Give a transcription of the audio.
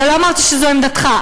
לא אמרתי שזו עמדתך,